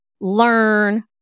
learn